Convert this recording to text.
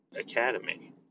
academy